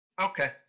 Okay